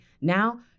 Now